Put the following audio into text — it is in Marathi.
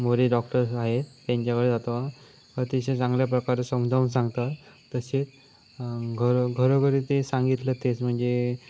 मोरे डॉक्टर आहेत त्यांच्याकडे जातो अतिशय चांगल्या प्रकारे समजावून सांगतात तसेच घरो घरोघरी ते सांगितलं तेच म्हणजे